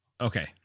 Okay